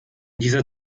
dieser